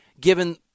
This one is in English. given